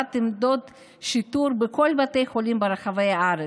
עמדות שיטור בכל בתי החולים רחבי הארץ.